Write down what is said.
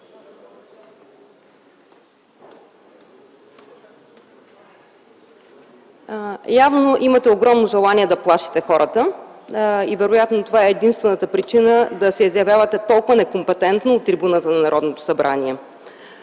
Явно имате огромно желание да плашите хората и вероятно това е единствената причина да се изявявате толкова некомпетентно от трибуната на Народното събрание.